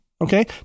okay